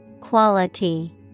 Quality